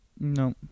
No